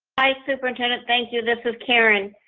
hi superintendent, thank you. this is karen.